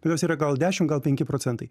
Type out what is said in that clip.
bet jos yra gal dešim gal penki procentai